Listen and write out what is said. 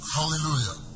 Hallelujah